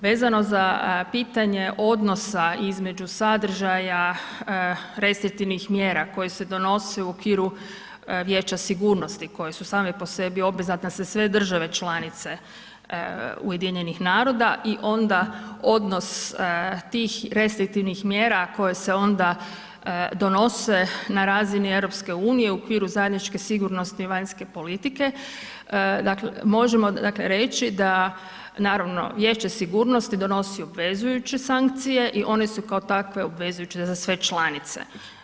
Vezano za pitanje odnosa između sadržaja restriktivnih mjera koje se donose u okviru Vijeća sigurnosti koje su same po sebi obvezatne za sve države članice UN-a i onda odnos tih restriktivnih mjera koje se onda donose na razini EU u okviru zajedničke sigurnosne i vanjske politike, dakle, možemo dakle reći da naravno Vijeće sigurnosti donosi obvezujuće sankcije i one su kao takve obvezujuće za sve članice.